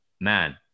man